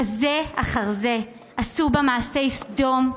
בזה אחר זה, עשו בה מעשי סדום,